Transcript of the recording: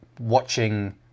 watching